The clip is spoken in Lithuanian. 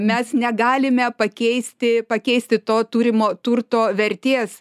mes negalime pakeisti pakeisti to turimo turto vertės